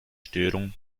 störung